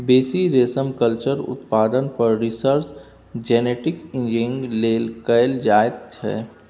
बेसी रेशमकल्चर उत्पादन पर रिसर्च जेनेटिक इंजीनियरिंग लेल कएल जाइत छै